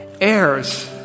heirs